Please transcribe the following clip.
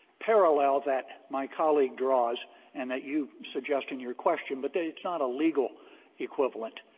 parallel that my colleague draws and that you suggest in your question, but they it's not a legal equivalent.